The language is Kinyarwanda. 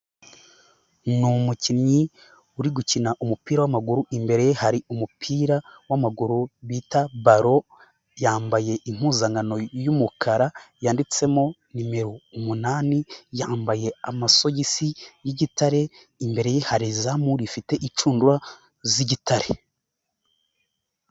Ni umukinnyi uri gukina umupira w'amaguru imbere ye hari umupira w'amaguru bita balo, yambaye impuzankano y'umukara yanditsemo numero umunani, yambaye amasogisi y'igitare, imbere ye hari izamu rifite inshundura z'igitare.